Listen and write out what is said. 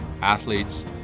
athletes